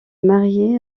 mariée